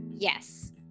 Yes